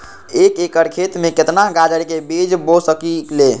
एक एकर खेत में केतना गाजर के बीज बो सकीं ले?